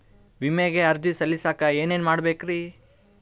ವಿಮೆಗೆ ಅರ್ಜಿ ಸಲ್ಲಿಸಕ ಏನೇನ್ ಮಾಡ್ಬೇಕ್ರಿ?